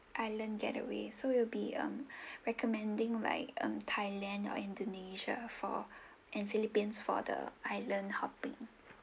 island getaway so it'll be um recommending like um thailand or indonesia for and philippines for the island hopping